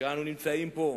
כשאנו נמצאים פה?